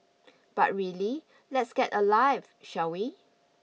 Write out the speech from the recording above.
but really let's get a life shall we